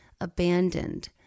abandoned